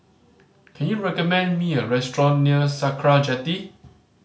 can you recommend me a restaurant near Sakra Jetty